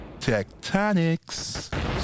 tectonics